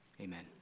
Amen